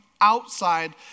Outside